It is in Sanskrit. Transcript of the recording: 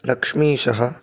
लक्ष्मीशः